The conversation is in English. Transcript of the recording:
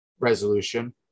Resolution